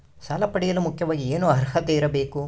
ಸಾಲ ಪಡೆಯಲು ಮುಖ್ಯವಾಗಿ ಏನು ಅರ್ಹತೆ ಇರಬೇಕು?